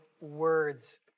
words